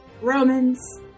Romans